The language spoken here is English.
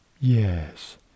yes